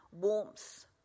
warmth